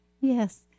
Yes